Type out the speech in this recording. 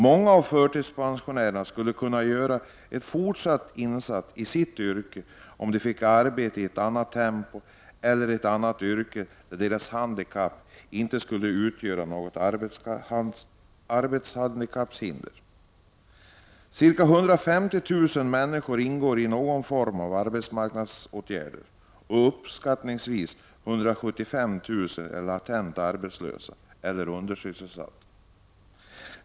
Många av förtidspensionärerna skulle kunna göra en fortsatt insats i sitt yrke om de fick arbeta i ett annat tempo eller i ett annat yrke, där deras handikapp inte utgör något arbetshinder. Ca 150000 människor ingår i någon form av arbetsmarknadsåtgärder och uppskattningsvis 175 000 är latent arbetslösa eller undersysselsatta.